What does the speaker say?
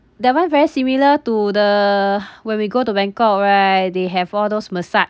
that one very similar to the when we go to bangkok right they have all those massage